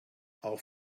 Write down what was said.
auch